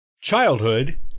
childhood